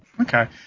okay